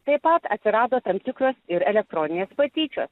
taip pat atsirado tam tikros ir elektroninės patyčios